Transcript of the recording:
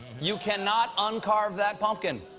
you cannot uncarve that pumpkin.